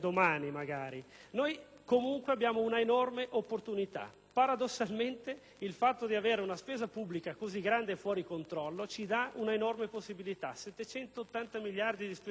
meglio. Abbiamo un'enorme opportunità; paradossalmente il fatto di avere una spesa pubblica così grande e fuori controllo ci dà un'enorme possibilità. Infatti, 780 miliardi di spesa pubblica sono una follia: